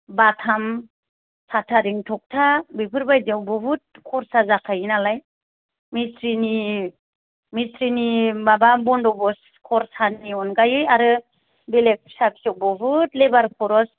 बाथाम साथारिं थगथा बेफोरबायदियाव बहुद खरसा जाखायो नालाय मिसट्रिनि मिसट्रिनि माबा बन्दबस खरसानि अनगायै आरो बेलेग फिसा फिसौ बहुद लेबार खरस